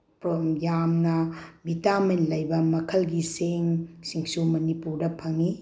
ꯌꯥꯝꯅ ꯚꯤꯠꯇꯥꯃꯤꯟ ꯂꯩꯕ ꯃꯈꯜꯒꯤ ꯆꯦꯡꯁꯤꯡꯁꯨ ꯃꯅꯤꯄꯨꯔꯗ ꯐꯪꯉꯤ